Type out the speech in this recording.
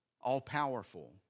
all-powerful